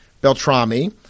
Beltrami